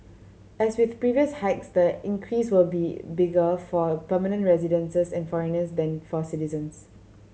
as with previous hikes the increase will be bigger for permanent residents and foreigners than for citizens